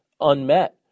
unmet